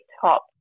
top